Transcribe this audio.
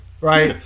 right